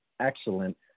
excellent